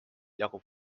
jagub